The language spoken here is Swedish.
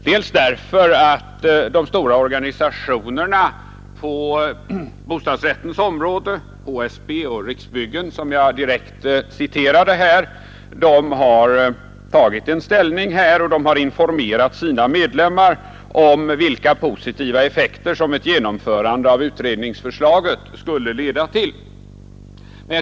För det första har de stora organisationerna på bostadsrättens område — HSB och Riksbyggen, som jag tidigare citerade här — tagit ställning och informerat sina medlemmar om vilka positiva effekter som ett genomförande av utredningsförslaget skulle leda till.